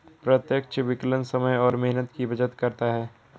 प्रत्यक्ष विकलन समय और मेहनत की बचत करता है